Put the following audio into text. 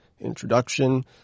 introduction